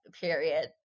Period